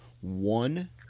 one